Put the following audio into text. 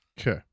Okay